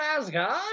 Asgard